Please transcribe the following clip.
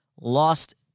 lost